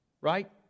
right